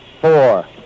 four